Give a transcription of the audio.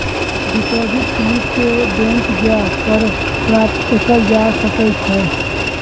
deposit slip के bank जा कऽ प्राप्त कएल जा सकइ छइ